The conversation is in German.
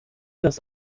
das